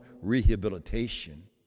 rehabilitation